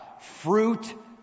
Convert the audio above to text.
Fruit